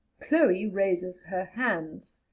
chloe raises her hands,